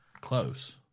close